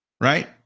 right